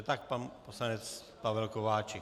Tak pan poslanec Pavel Kováčik.